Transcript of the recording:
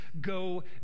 go